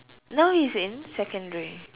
now he's in secondary